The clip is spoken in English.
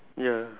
ya